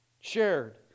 shared